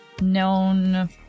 known